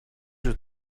you